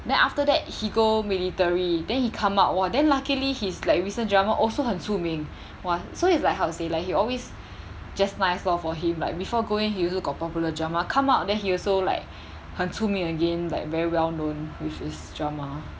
then after that he go military then he come out !wah! then luckily his like recent drama also 很出名 !wah! so it's like how to say like he always just nice lor for him like before go in he also got popular drama come out then he also like 很出名 again like very well known with his drama